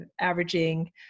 averaging